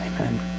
Amen